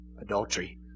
Adultery